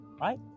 right